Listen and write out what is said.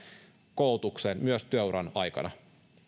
koulutukseen myös työuran aikana